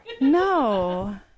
No